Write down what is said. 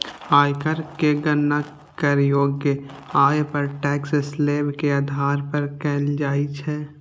आयकर के गणना करयोग्य आय पर टैक्स स्लेब के आधार पर कैल जाइ छै